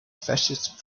fascist